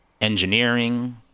engineering